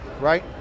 right